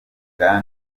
bwa